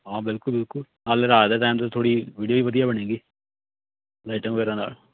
ਹਾਂ ਬਿਲਕੁਲ ਬਿਲਕੁਲ ਨਾਲੇ ਰਾਤ ਦੇ ਟੈਮ 'ਤੇ ਥੋੜ੍ਹੀ ਵੀਡੀਓ ਵਧੀਆ ਬਣੇਗੀ ਲਾਈਟਾਂ ਵਗੈਰਾ ਨਾਲ